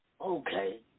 Okay